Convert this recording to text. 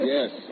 Yes